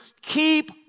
Keep